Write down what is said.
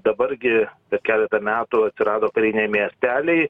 dabar gi per keletą metų atsirado kariniai miesteliai